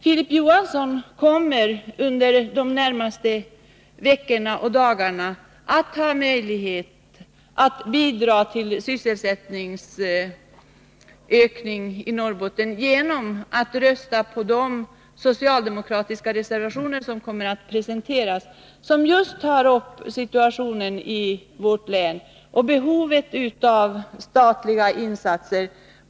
Filip Johansson kommer under de närmaste dagarna och veckorna att ha möjlighet att bidra till en ökning av sysselsättningen i Norrbotten genom att rösta på de socialdemokratiska reservationer som kommer att presenteras och som tar upp just situationen i vårt län och behovet av statliga insatser.